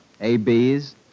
ABs